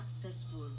successful